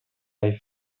hai